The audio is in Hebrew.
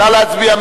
נא להצביע.